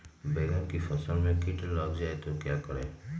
बैंगन की फसल में कीट लग जाए तो क्या करें?